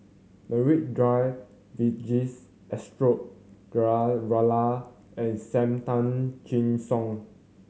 Maria Dyer Vijesh Ashok Ghariwala and Sam Tan Chin Siong